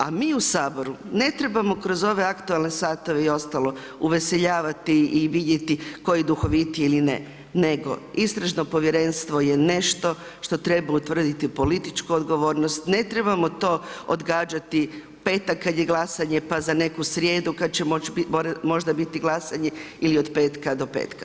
A mi u Saboru ne trebamo kroz ove aktualne satove i ostalo uveseljavati i vidjeti tko je duhovitiji ili ne nego Istražno povjerenstvo je nešto što treba utvrditi političku odgovornost, ne trebamo to odgađati u petak kada je glasanje, pa za neku srijedu kada će možda biti glasanje ili od petka do petka.